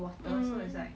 mm